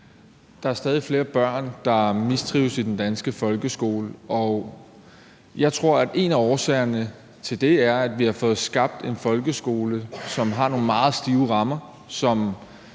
Der er stadig flere børn, der mistrives i den danske folkeskole, og jeg tror, at en af årsagerne til det er, at vi har fået skabt en folkeskole, som har nogle meget stive rammer, og